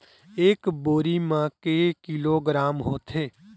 एक बोरी म के किलोग्राम होथे?